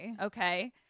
Okay